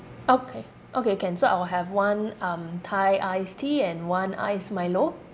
okay okay can so I will have one um thai iced tea and one iced milo